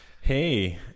hey